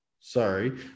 Sorry